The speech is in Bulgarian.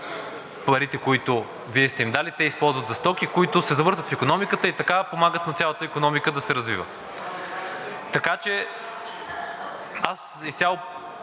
парите, които Вие сте им дали, те използват за стоки, които се завъртат в икономиката и така помагат на цялата икономика да се развива. Аз изцяло